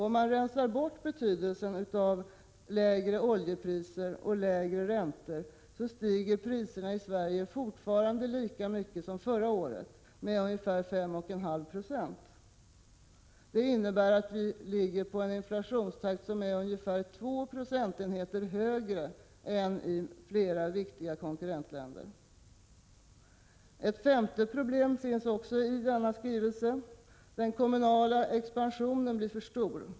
Om man rensar bort betydelsen av lägre oljepriser och lägre räntor, så stiger priserna i Sverige lika mycket i år som förra året, med 5,5 90. Det innebär att inflationstakten är ungefär 2 procentenheter högre i Sverige än i flera viktiga konkurrentländer. För det femte: Den kommunala expansionen blir för stor.